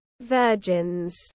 virgins